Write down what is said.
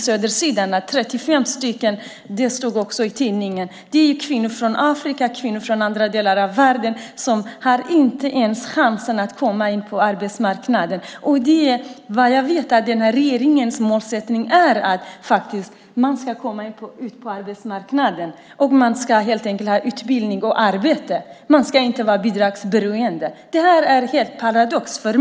Södersidans tidning har skrivit om 35 kvinnor från Afrika och andra delar av världen som inte ens har en chans att komma in på arbetsmarknaden. Såvitt jag vet är denna regerings målsättning att man ska komma ut på arbetsmarknaden. Man ska helt enkelt ha utbildning och arbete och inte vara bidragsberoende. För mig är det hela en paradox.